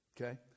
Okay